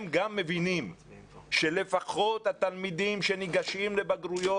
גם הם מבינים שלפחות התלמידים שניגשים לבגרויות